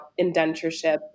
indentureship